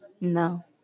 No